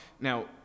Now